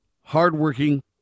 hardworking